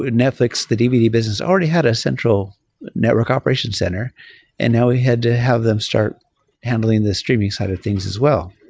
netflix, the dvd business, already had a central network operation center and now we had to have them start handling the streaming side of things as well.